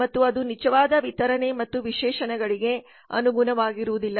ಮತ್ತು ಅದು ನಿಜವಾದ ವಿತರಣೆ ಮತ್ತು ವಿಶೇಷಣಗಳಿಗೆ ಅನುಗುಣವಾಗಿರುವುದಿಲ್ಲ